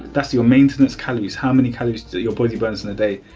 that's your maintenance calories. how many calories your body burns in a day?